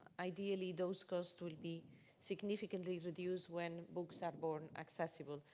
ideally those costs would be significantly reduced when books are born accessible.